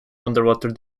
underwater